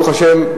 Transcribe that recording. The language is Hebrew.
ברוך השם,